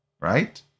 right